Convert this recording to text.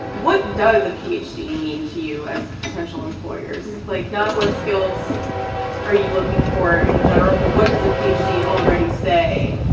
what does a phd mean to you as potential employers? like, not what skills are you looking for in general, but what does a phd already say?